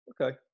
okay